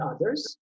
others